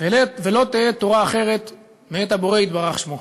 ולא תהא תורה אחרת מאת הבורא יתברך שמו,